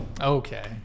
Okay